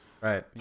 Right